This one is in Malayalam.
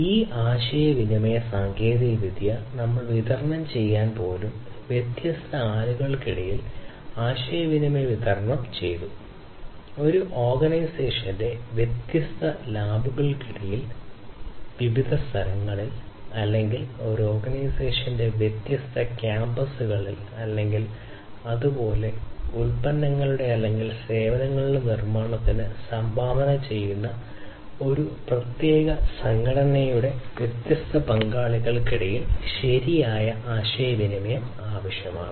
ഈ ആശയവിനിമയ സാങ്കേതികവിദ്യ നമ്മൾ വിതരണം ചെയ്യാൻ പോലും വ്യത്യസ്ത ആളുകൾക്കിടയിൽ ആശയവിനിമയം വിതരണം ചെയ്തു ഒരേ ഓർഗനൈസേഷന്റെ വ്യത്യസ്ത ലാബുകൾക്കിടയിൽ വിവിധ സ്ഥലങ്ങളിൽ അല്ലെങ്കിൽ ഒരേ ഓർഗനൈസേഷന്റെ വ്യത്യസ്ത കാമ്പസുകളിൽ അല്ലെങ്കിൽ അത് പോലും ഉൽപന്നങ്ങളുടെ അല്ലെങ്കിൽ സേവനങ്ങളുടെ നിർമ്മാണത്തിന് സംഭാവന ചെയ്യുന്ന ഒരു പ്രത്യേക സംഘടനയുടെ വ്യത്യസ്ത പങ്കാളികൾക്കിടയിൽ ശരിയായ ആശയവിനിമയം ആവശ്യമാണ്